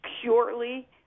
purely